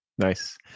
Nice